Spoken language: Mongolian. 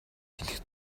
хэлэх